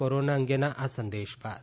corona અંગેના આ સંદેશ બાદ